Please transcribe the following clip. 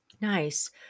Nice